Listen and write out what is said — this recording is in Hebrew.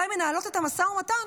מנהלות את המשא ומתן,